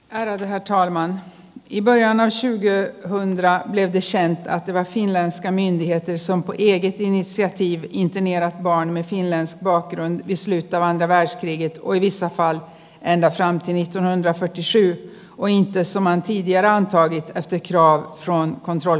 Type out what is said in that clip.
hän on yhä thaimaan himoja näin syntyi honda entisen päätyvät sillä lämmin ja tässä on pieni pinssiättiin intiimiä vaan mentiin lähes kaksi dislistä vaan väisti ja kuivissa saa enää saanut sivistyneen fetissi kuin tesoman sijaan haki teki oopperan konsuli